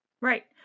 Right